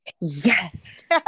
yes